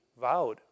vowed